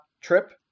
trip